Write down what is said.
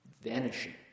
vanishing